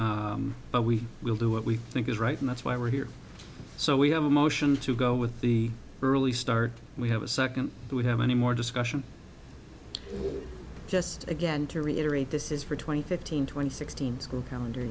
happy but we will do what we think is right and that's why we're here so we have a motion to go with the early start we have a second we have any more discussion just again to reiterate this is for twenty fifteen twenty sixteen school calendar